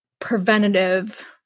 preventative